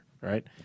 right